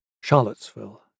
Charlottesville